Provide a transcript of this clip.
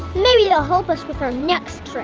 maybe they'll help us with our next